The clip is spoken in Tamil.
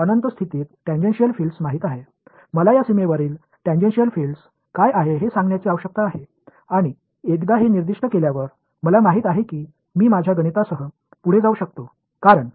எனவே டான்ஜென்ஷியல் புலங்கள் முடிவில்லாதவை என்று எனக்குத் தெரியும் இந்த எல்லையில் உள்ள டான்ஜென்ஷியல் புலங்கள் என்னவென்று நான் உங்களுக்குச் சொல்ல வேண்டும் பின்னர் இவை குறிப்பிடப்பட்டவுடன் எனது கணக்கீட்டைத் தொடர முடியும் ஏனென்றால் எனது பதில் தனித்துவமானது